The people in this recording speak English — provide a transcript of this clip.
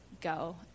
go